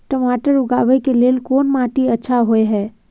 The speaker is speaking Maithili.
टमाटर उगाबै के लेल कोन माटी अच्छा होय है?